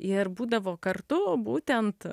ir būdavo kartu o būtent